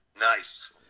Nice